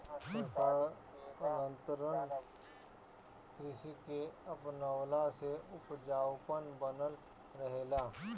स्थानांतरण कृषि के अपनवला से उपजाऊपन बनल रहेला